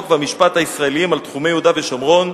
והמשפט הישראליים על תחומי יהודה ושומרון,